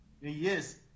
Yes